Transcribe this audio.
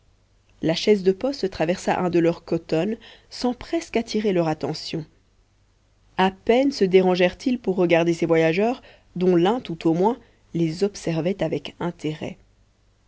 la chaise de poste traversa un de leurs khotonnes sans presque attirer leur attention a peine se dérangèrent ils pour regarder ces voyageurs dont l'un tout au moins les observait avec intérêt